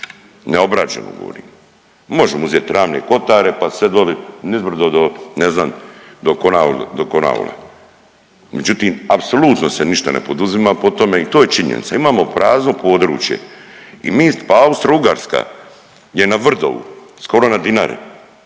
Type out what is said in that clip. Neobrađeno govorim, možemo uzeti Ravne kotare pa sve doli nizbrdo do, ne znam, do Konavla, međutim, apsolutno se ništa se ne poduzima po tome i to je činjenica, imamo prazno područje i mi, pa Austro-Ugarska je na Vrdovu, skoro na Dinari